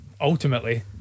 Ultimately